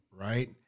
right